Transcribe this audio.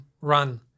run